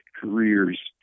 careers